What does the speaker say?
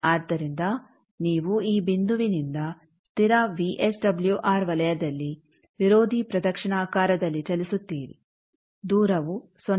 ಆದ್ದರಿಂದ ನೀವು ಈ ಬಿಂದುವಿನಿಂದ ಸ್ಥಿರ ವಿಎಸ್ಡಬ್ಲ್ಯೂಆರ್ ವಲಯದಲ್ಲಿ ವಿರೋಧಿ ಪ್ರದಕ್ಷಿಣಾಕಾರದಲ್ಲಿ ಚಲಿಸುತ್ತೀರಿ ದೂರವು 0